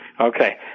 Okay